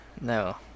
No